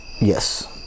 yes